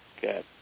good